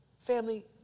Family